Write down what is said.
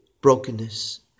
brokenness